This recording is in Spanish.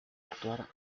actuar